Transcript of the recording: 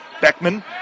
Beckman